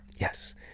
Yes